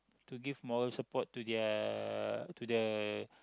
to give moral support to their to the